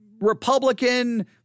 Republican